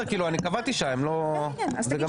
10:33 ונתחדשה בשעה 10:55.) אני מחדש את הדיון.